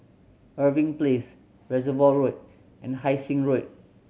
Irving Place Reservoir Road and Hai Sing Road